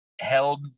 held